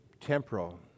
temporal